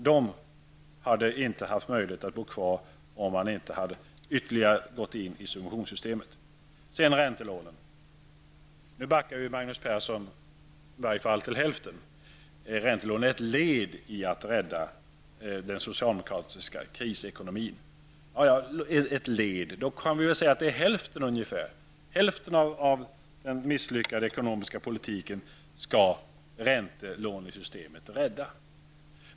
De hade inte haft möjlighet att bo kvar, om man inte gått in på nytt i subventionssystemet. I fråga om räntelånen backar Magnus Persson i varje fall till hälften. Räntelånen är ett led i att rädda den socialdemokratiska krisekonomin. Ett led -- då kan vi säga att det är ungefär hälften. Hälften av den misslyckade ekonomiska politiken skall räntelånesystemet rädda.